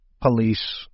police